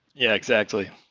yeah exactly.